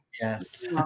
Yes